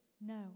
No